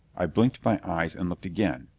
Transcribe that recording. i blinked my eyes and looked again.